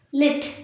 lit